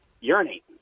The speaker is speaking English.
urinate